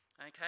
okay